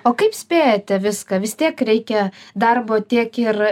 o kaip spėjate viską vis tiek reikia darbo tiek ir